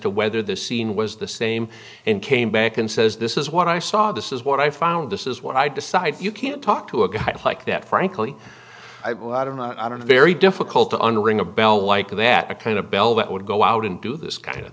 to whether the scene was the same and came back and says this is what i saw this is what i found this is what i decide you can't talk to a guy like that frankly i don't know i don't know very difficult to under rebel like that kind of bell that would go out and do this kind of